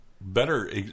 better